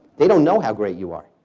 they don't know how great you are.